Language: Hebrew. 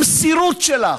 המסירות שלך,